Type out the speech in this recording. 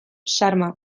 xarma